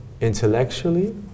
intellectually